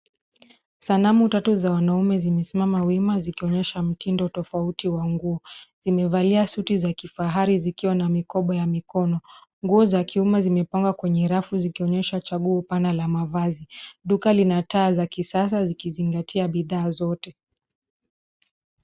Sanamu tatu za wanaume zimesimama wima; zikionyesha mtindo tofauti wa nguo. Zimevalia suti za kifahari zikiwa na mikoba ya mikono. Nguo za kiume zimepangwa kwa rafu; zikionyesha chaguo pana la mavazi. Duka lina taa za kisasa zikizingatia bidhaa zote.